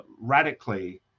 radically